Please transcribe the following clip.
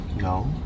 No